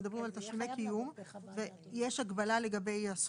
כן, זה יהיה חייב לעבור דרך הוועדה.